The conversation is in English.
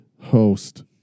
host